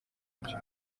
byo